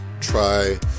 try